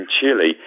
Chile